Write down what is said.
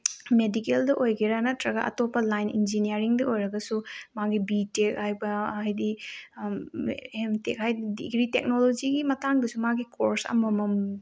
ꯃꯦꯗꯤꯀꯦꯜꯗ ꯑꯣꯏꯒꯦꯔꯥ ꯅꯠꯇ꯭ꯔꯒ ꯑꯇꯣꯞꯄ ꯂꯥꯏꯟ ꯏꯟꯖꯤꯅꯤꯌꯥꯔꯤꯡꯗ ꯑꯣꯏꯔꯒꯁꯨ ꯃꯥꯒꯤ ꯕꯤꯇꯦꯛ ꯍꯥꯏꯕ ꯍꯥꯏꯗꯤ ꯑꯦꯝꯇꯦꯛ ꯇꯦꯛꯅꯣꯂꯣꯖꯤꯒꯤ ꯃꯇꯥꯡꯗꯁꯨ ꯃꯥꯒꯤ ꯀꯣꯔꯁ ꯑꯃꯃꯝ